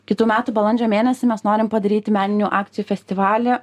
kitų metų balandžio mėnesį mes norim padaryti meninių akcijų festivalį